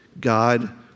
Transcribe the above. God